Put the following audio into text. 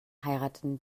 heirateten